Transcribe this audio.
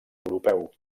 europeu